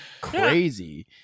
crazy